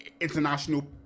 international